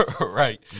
Right